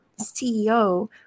CEO